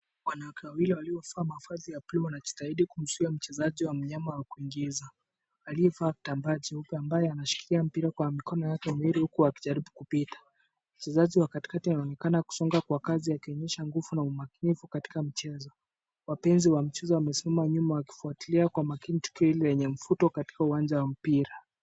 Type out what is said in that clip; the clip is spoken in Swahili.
Wanawake wawili waliovaa mavazi ya wanajitahidi kumshika mchezaji wa mnyama wa kuingiza, aliye vaa kitambaa cheupe, anayeshikilia mpira kwa mikono yake miwili huku akijaribu Kupita. Wachezaji wa katikati wanaonyesha umahiri na umakinifu katika mchezo. Wapenzi wa mpira wamesimama wakifuatilia tukio hilo lenye mvuto kwa uwanja wa mpira.